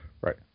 right